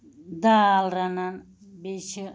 دال رنان بیٚیہِ چھِ